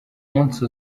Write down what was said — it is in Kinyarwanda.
munsi